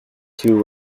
two